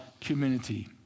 community